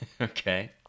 Okay